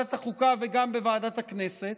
בוועדת החוקה, וגם בוועדת הכנסת.